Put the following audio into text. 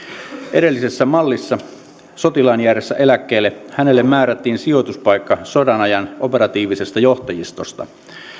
edellisessä mallissa sotilaan jäädessä eläkkeelle hänelle määrättiin sijoituspaikka sodan ajan operatiivisesta johtajistosta